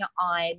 on